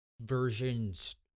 versions